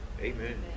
Amen